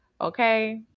Okay